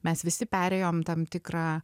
mes visi perėjom tam tikrą